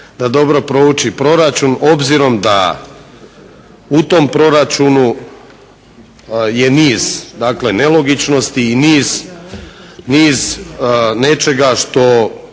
da dobro proračun obzirom da u tom proračunu je niz nelogičnosti i niz nečega što